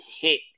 hit